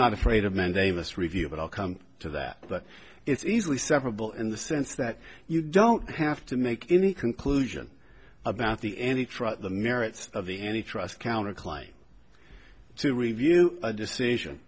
not afraid of mandamus review but i'll come to that but it's easily separable in the sense that you don't have to make any conclusion about the any truck the merits of the any trust counterclaim to review a decision